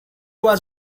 was